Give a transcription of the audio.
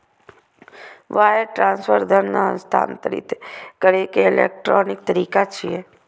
wire transfer धन हस्तांतरित करै के इलेक्ट्रॉनिक तरीका छियै